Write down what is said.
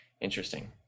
interesting